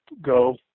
Go